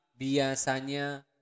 biasanya